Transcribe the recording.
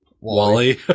Wally